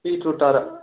beetroot அரை